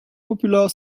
popular